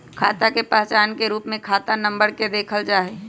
खाता के पहचान के रूप में खाता नम्बर के देखल जा हई